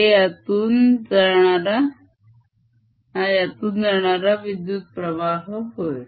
हे यातून जाणारा विद्युत्प्रवाह होय